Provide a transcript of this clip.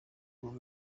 muri